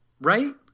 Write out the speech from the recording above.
Right